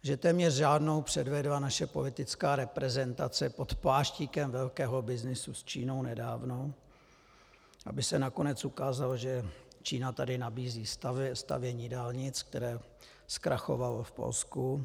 Že téměř žádnou, předvedla naše politická reprezentace pod pláštíkem velkého byznysu s Čínou nedávno, aby se nakonec ukázalo, že Čína tady nabízí stavění dálnic, které zkrachovalo v Polsku.